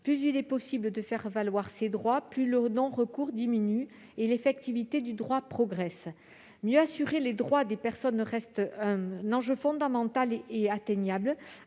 Lorsqu'il est plus facile de faire valoir ses droits, le non-recours diminue et l'effectivité du droit progresse. Mieux assurer les droits des personnes est un enjeu fondamental et atteignable